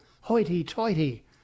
hoity-toity